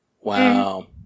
Wow